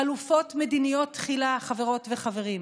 חלופות מדיניות תחילה, חברות וחברים.